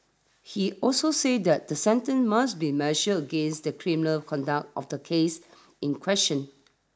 he also said that the sentence must be measure against the criminal conduct of the case in question